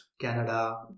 Canada